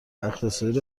اقتصادی